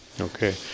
Okay